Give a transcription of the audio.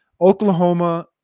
Oklahoma